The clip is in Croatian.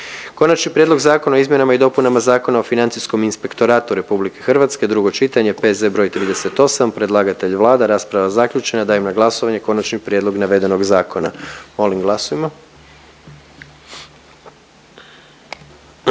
Konačni prijedlog Zakona o izmjenama i dopunama Zakona o poticanju ulaganja, hitni postupak, prvo i drugo čitanje, P.Z.E. broj 85. Predlagatelj je Vlada, rasprava je zaključena pa dajem na glasovanje konačni prijedlog navedenog zakona. Molim glasujmo.